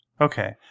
okay